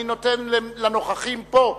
אני נותן לנוכחים פה,